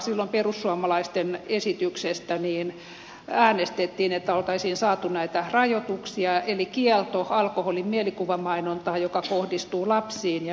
silloin perussuomalaisten esityksestä äänestettiin että olisi saatu näitä rajoituksia eli kielto alkoholin mielikuvamainontaan joka kohdistuu lapsiin ja nuoriin